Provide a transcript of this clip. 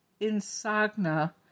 Insagna